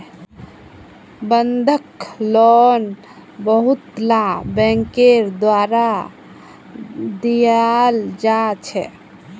बंधक लोन बहुतला बैंकेर द्वारा दियाल जा छे